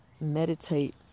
meditate